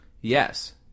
Yes